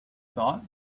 thought